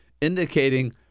indicating